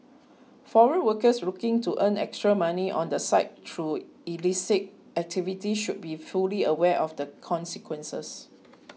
foreign workers looking to earn extra money on the side through illicit activities should be fully aware of the consequences